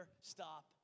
stop